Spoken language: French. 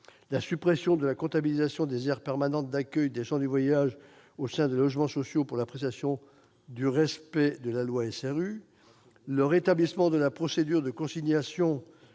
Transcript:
supprimées : la comptabilisation des aires permanentes d'accueil des gens du voyage au sein des logements sociaux pour l'appréciation du respect de la loi SRU, ainsi que le rétablissement de la procédure de consignation